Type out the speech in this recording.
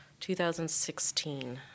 2016